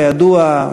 כידוע,